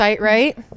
right